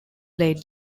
played